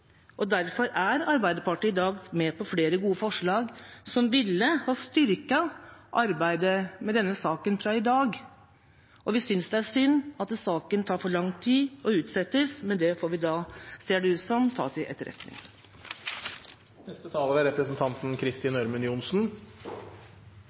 og derfor er Arbeiderpartiet i dag med på flere gode forslag som ville ha styrket arbeidet med denne saken, fra i dag. Vi synes det er synd at saken tar for lang tid og utsettes, men det får vi da – ser det ut som – ta til etterretning.